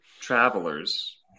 travelers